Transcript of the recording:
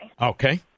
Okay